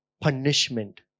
punishment